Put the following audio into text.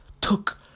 took